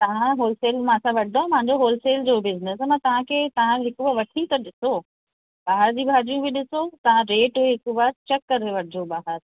तव्हां होलसेल मां असां वठंदा आहियूं मुंहिंजो होलसेल जो बिज़िनिस आहे न तव्हांखे तव्हां हिकु बार वठी त ॾिसो तव्हांजी भाॼियूं बि ॾिसो तव्हां रेट हिकु बार चेक करे वठिजो ॿाहिरि